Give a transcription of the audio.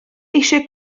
eisiau